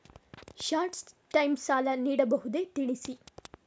Short time ಸಾಲ ನೀಡಬಹುದೇ ತಿಳಿಸಿ?